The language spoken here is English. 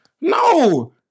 No